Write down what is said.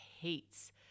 hates